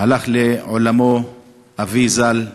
הלך לעולמו אבי ז"ל,